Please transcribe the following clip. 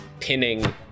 pinning